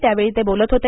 त्यावेळी ते बोलत होते